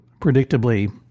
predictably